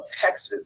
Texas